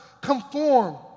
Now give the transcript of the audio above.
Conform